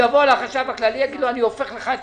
יבוא לחשב הכללי: אני הופך לך את